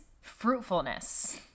fruitfulness